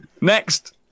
Next